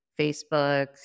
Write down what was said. Facebook